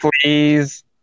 Please